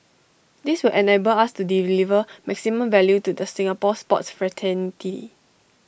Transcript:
this will enable us to deliver maximum value to the Singapore sports fraternity